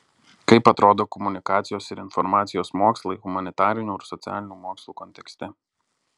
kaip atrodo komunikacijos ir informacijos mokslai humanitarinių ir socialinių mokslų kontekste